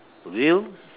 will